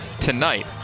tonight